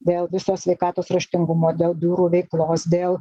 dėl viso sveikatos raštingumo dėl biurų veiklos dėl